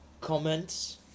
comments